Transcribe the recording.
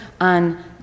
on